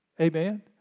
Amen